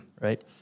Right